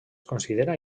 considerada